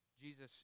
Jesus